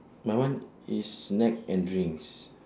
my one is snack and drinks